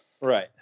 right